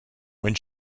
when